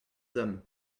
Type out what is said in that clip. hommes